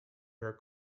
her